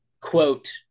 quote